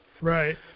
Right